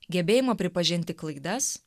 gebėjimo pripažinti klaidas